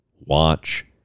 watch